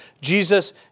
Jesus